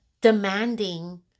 demanding